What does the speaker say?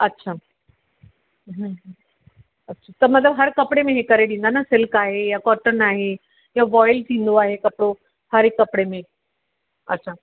अच्छा हूं हूं त मतिलब हर कपिड़े में ई करे ॾींदा न सिल्क आहे या कॉटन आहे या वॉइल थींदो आहे कपिड़ो हर एक कपिड़े में अच्छा